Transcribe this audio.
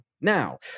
Now